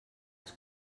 els